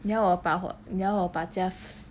你要我把火你要我把家 s~